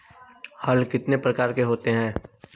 हल कितने प्रकार के होते हैं?